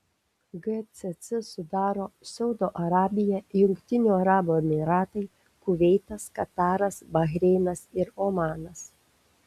gcc sudaro saudo arabija jungtinių arabų emyratai kuveitas kataras bahreinas ir omanas